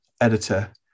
editor